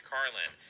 Carlin